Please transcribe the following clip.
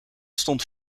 stond